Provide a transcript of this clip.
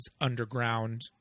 underground